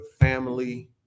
family